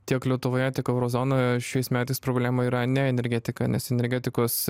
tiek lietuvoje tiek euro zonoje šiais metais problema yra ne energetika nes energetikos